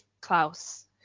klaus